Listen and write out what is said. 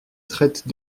traitent